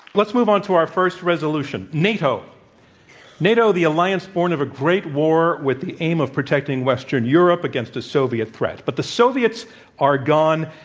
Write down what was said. let's move on to our first resolution. nato nato, the alliance born of a great war with the aim of protecting western europe against a soviet threat. but the soviets are gone,